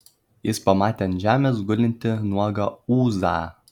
jis pamatė ant žemės gulintį nuogą ūzą